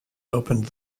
opened